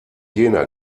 jena